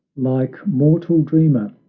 like mortal dreamer,